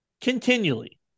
continually